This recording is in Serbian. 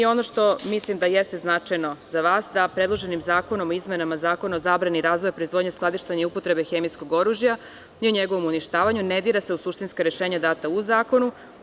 Ono što mislim da jeste značajno za vas, to je da se predloženim zakonom o izmenama Zakona o zabrani razvoja, proizvodnje, skladištenja i upotrebe hemijskog oružja i o njegovom uništavanju ne dira u suštinska rešenja data u zakonu.